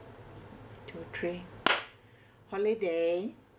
two three holiday